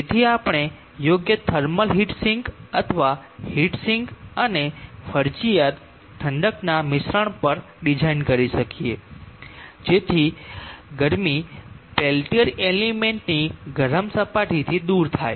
જેથી આપણે યોગ્ય થર્મલ હીટ સિંક અથવા હીટ સિંક અને ફરજિયાત ઠંડકના મિશ્રણ પર ડિઝાઇન કરી શકીએ જેથી ગરમી પેલ્ટીયર એલિમેન્ટની ગરમ સપાટીથી દૂર થાય